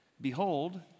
behold